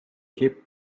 kept